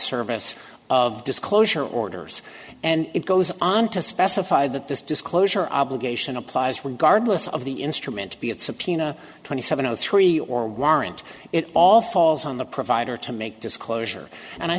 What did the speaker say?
service of disclosure orders and it goes on to specify that this disclosure obligation applies regardless of the instrument be it subpoena twenty seven zero three or warrant it all falls on the provider to make disclosure and i